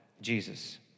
Jesus